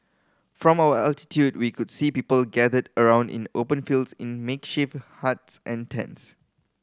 from our altitude we could see people gathered around in open fields in makeshift huts and tents